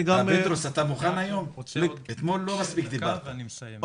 אני גם רציתי לשאול --- אני רוצה עוד דקה ואני מסיים.